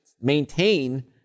maintain